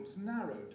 narrowed